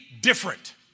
different